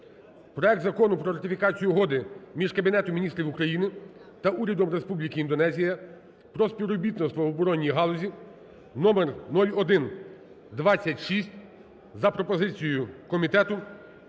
проект Закону про ратифікацію Угоди між Кабінетом Міністрів України та Урядом Республіки Індонезія про співробітництво в оборонній галузі (№ 0126) за пропозицією комітету